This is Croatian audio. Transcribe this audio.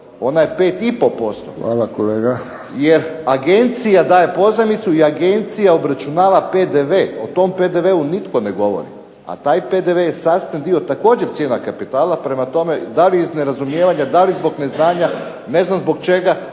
ona je 5,5% jer agencija daje pozajmicu i agencija obračunava PDV, o tome PDV-u nitko ne govori a taj PDV je sastavni dio također cijene kapitala. Prema tome, da li iz nerazumijevanja, da li zbog neznanja, ne znam zbog čega